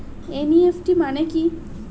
NEFT মানে কি?